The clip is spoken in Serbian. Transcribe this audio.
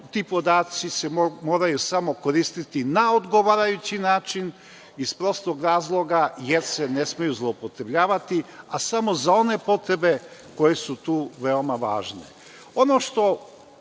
Ti podaci se moraju samo koristiti na odgovarajući način iz prostog razloga jer se ne smeju zloupotrebljavati, a samo za one potrebe koje su tu veoma važne. Ono